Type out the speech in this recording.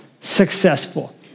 successful